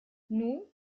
nun